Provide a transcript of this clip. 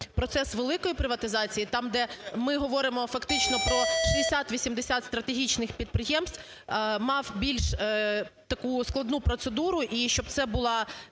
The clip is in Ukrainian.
процес великої приватизації там, де ми говоримо фактично про 60-80 стратегічних підприємств, мав більш таку складну процедуру і щоб це була